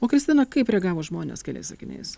o kristina kaip reagavo žmonės keliais sakiniais